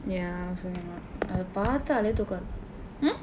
ya I also not அதே பார்த்தாலே துக்கம் வரும்:athee paarthaalee thuukkam varum hmm